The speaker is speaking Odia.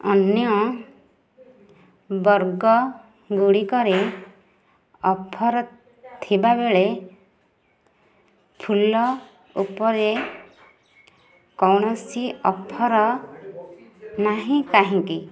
ଅନ୍ୟ ବର୍ଗଗୁଡ଼ିକରେ ଅଫର୍ ଥିବାବେଳେ ଫୁଲ ଉପରେ କୌଣସି ଅଫର ନାହିଁ କାହିଁକି